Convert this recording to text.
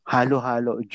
Halo-halo